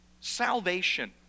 Salvation